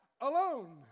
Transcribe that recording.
alone